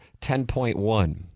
10.1